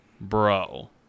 bro